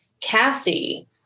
Cassie